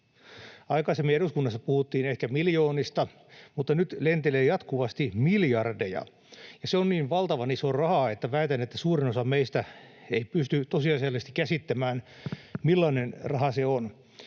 Aikaisemmin eduskunnassa puhuttiin ehkä miljoonista, mutta nyt lentelee jatkuvasti miljardeja, ja se on niin valtavan iso raha, että väitän, että suurin osa meistä ei pysty tosiasiallisesti käsittämään, millainen raha se on.